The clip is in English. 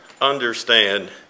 understand